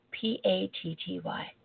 P-A-T-T-Y